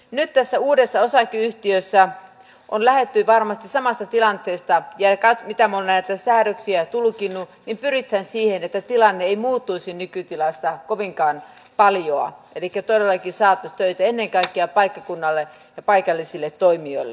nyt tässä uudessa osakeyhtiössä on lähdetty varmasti samasta tilanteesta ja mitä minä olen näitä säädöksiä tulkinnut niin pyritään siihen että tilanne ei muuttuisi nykytilasta kovinkaan paljoa elikkä todellakin saataisiin töitä ennen kaikkea paikkakunnalle ja paikallisille toimijoille